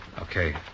Okay